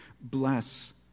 bless